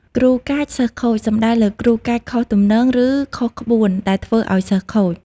គ្រូកាច សិស្សខូច សំដៅលើគ្រូកាចខុសទំនងឬខុសក្បួនដែលធ្វើឲ្យសិស្សខូច។